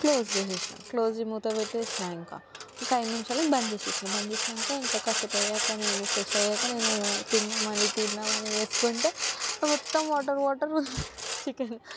close చేసేసిన close మూతపెట్టేసినా ఇంకా ఇంక ఐదు నిముషాలకి బంద్ చేసేసినా బంద్ చేసినాక ఇంకా కాసేపయ్యాక నేను ఫ్రెషయ్యాక నేను తిందామని తిందామని వేసుకుంటే మొత్తం వాటర్ వాటర్ ఉంది చికెన్